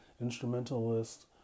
instrumentalist